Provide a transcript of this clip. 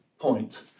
point